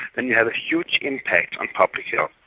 then you have a huge impact on public health,